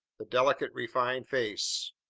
the delicate, refined face